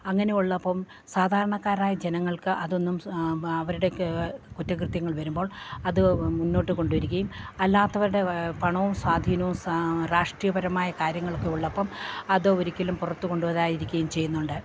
അങ്ങനെ ഉള്ളപ്പം സാധാരണക്കാരായ ജനങ്ങൾക്ക് അതൊന്നും അവരുടെ കുറ്റകൃത്യങ്ങൾ വരുമ്പോൾ അത് മുന്നോട്ട് കൊണ്ടുവരികയും അല്ലാത്തവരുടെ പണവും സ്വാധീനവും രാഷ്ട്രീയപരമായ കാര്യങ്ങളൊക്കെ ഉള്ളപ്പം അത് ഒരിക്കലും പുറത്തു കൊണ്ടുവരാതിരിക്കുകയും ചെയ്യുന്നുണ്ട്